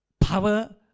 power